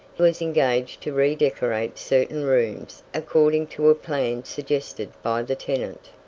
was engaged to redecorate certain rooms according to a plan suggested by the tenant.